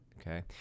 okay